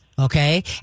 Okay